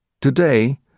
Today